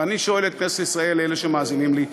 ואני שואל את כנסת ישראל, אלה שמאזינים לי,